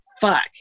fuck